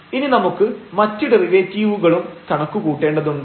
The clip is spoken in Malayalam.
ഇനി നമുക്ക് മറ്റ് ഡെറിവേറ്റീവുകളും കണക്ക് കൂട്ടേണ്ടതുണ്ട്